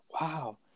wow